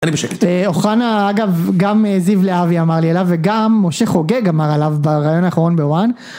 אני בשקט. אוחנה אגב גם זיו להבי אמר לי עליו, וגם משה חוגג אמר עליו ברעיון האחרון ב One.